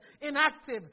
inactive